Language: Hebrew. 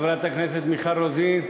חברת הכנסת מיכל רוזין,